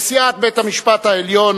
נשיאת בית-המשפט העליון,